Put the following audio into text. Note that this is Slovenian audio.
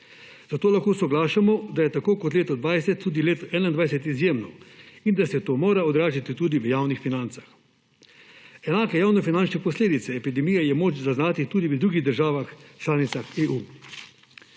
zato lahko soglašamo, da je tako kot leto 2020 tudi leto 2021 izjemno in da se to mora odražati tudi v javnih financah. Enake javnofinančne posledice epidemije je moč zaznati tudi v drugih državah članicah EU.